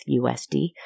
USD